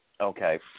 Okay